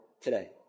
today